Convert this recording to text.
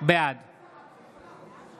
בעד